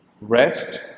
Rest